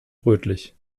rötlich